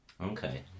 Okay